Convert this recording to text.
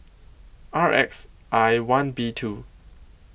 R X I one B two